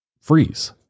freeze